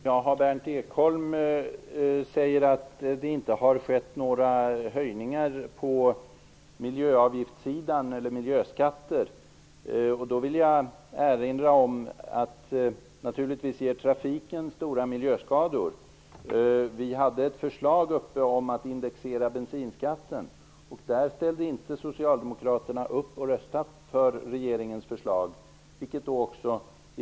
Herr talman! Berndt Ekholm säger att det inte skett några höjningar på miljöavgiftssidan. Då vill jag erinra om att trafiken naturligtvis ger stora miljöskador. Vi hade ett förslag om att indexera bensinskatten. Där ställde inte socialdemokraterna upp för att rösta för regeringens förslag.